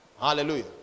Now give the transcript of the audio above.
Hallelujah